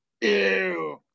Ew